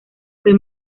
fue